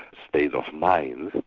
state of mind,